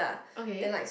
okay